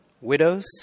widows